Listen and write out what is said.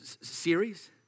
series